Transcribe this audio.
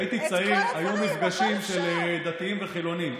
כשהייתי צעיר היו מפגשים של דתיים וחילונים.